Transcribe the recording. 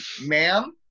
ma'am